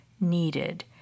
needed